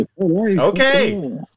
Okay